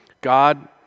God